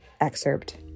excerpt